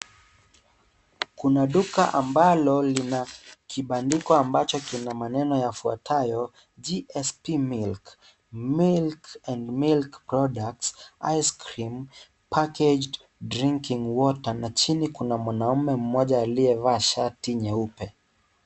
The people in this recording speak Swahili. Kuna duka ambalo lina kibandiko ambacho kina maneno yafuatayo; GSP MILK, MILK, MILK PRODUCTS, ICE CREAM, PACKED DRINKING WATER na chini kuna mwanamme mmoja aliyevaa shati nyeupe.